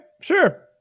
Sure